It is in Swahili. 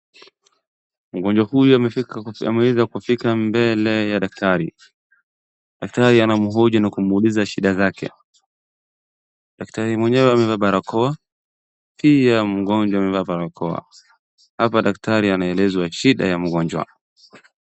Mgonjwa huyu ameweza kufika mbele ya daktari. Daktari anamhoji na kumuuliza shida zake. Daktari mwenyewe amevaa barakoa pia mgonjwa amevaa barakoa. Hapa daktari anaelezwa shida ya mgonjwa.